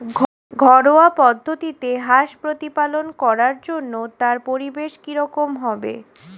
ঘরোয়া পদ্ধতিতে হাঁস প্রতিপালন করার জন্য তার পরিবেশ কী রকম হবে?